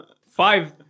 five